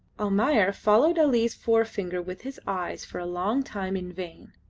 almayer followed ali's forefinger with his eyes for a long time in vain.